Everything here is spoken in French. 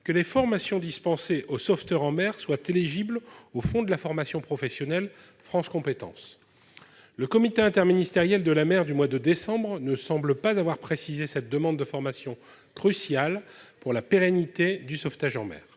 que les formations dispensées aux sauveteurs en mer soient éligibles au fonds de la formation professionnelle de France compétences. Le comité interministériel de la mer qui a eu lieu au mois de décembre ne semble pas avoir précisé cette demande de formation cruciale pour le sauvetage en mer.